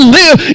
live